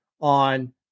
on